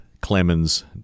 Clemens